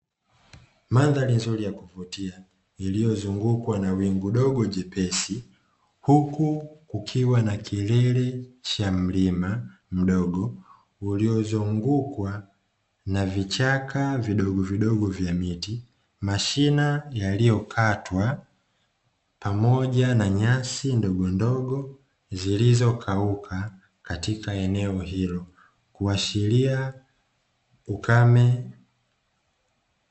Mandhari nzuri ya kuvutia iliyozungukwa na wingu dogo jepesi, huku kukiwa na kilele cha mlima mdogo uliozungukwa na vichaka vidogo vidogo vya miti mashina yaliyokatwa pamoja na nyasi ndogondogo zilizokauka katika eneo hilo kuashiria ukame.